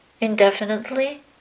indefinitely